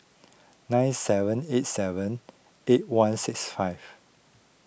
nine seven eight seven eight one six five